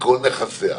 מכל נכסיה.